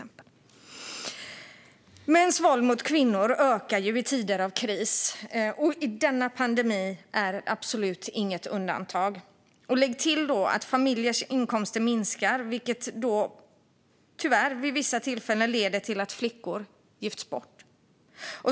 Mäns våld mot kvinnor ökar i tider av kris, och denna pandemi är absolut inget undantag. Lägg då till att familjers inkomster minskar, vilket tyvärr vid vissa tillfällen leder till att flickor gifts bort.